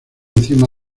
encima